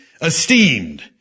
esteemed